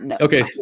Okay